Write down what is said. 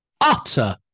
utter